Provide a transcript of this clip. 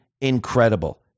incredible